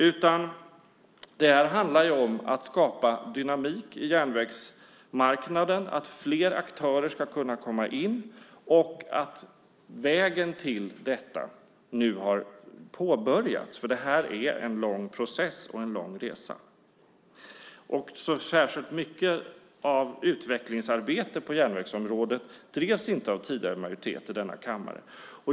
Detta handlar i stället om att skapa dynamik på järnvägsmarknaden, att fler aktörer ska kunna komma in och att vägen till detta nu har påbörjats eftersom detta är en lång process och en lång resa. Så särskilt mycket av utvecklingsarbete på järnvägsområdet drevs inte av den tidigare majoriteten i denna kammare.